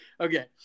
Okay